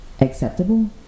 acceptable